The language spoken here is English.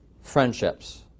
friendships